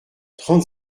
trente